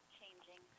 changing